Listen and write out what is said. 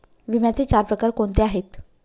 विम्याचे चार प्रकार कोणते आहेत?